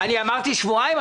אמרתי שבועיים?